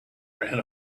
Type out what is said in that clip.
and